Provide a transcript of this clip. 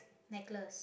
necklace